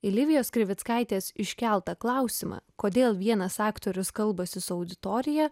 livijos krivickaitės iškeltą klausimą kodėl vienas aktorius kalbasi su auditorija